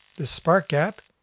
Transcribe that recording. this spark gap,